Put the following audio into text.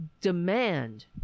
demand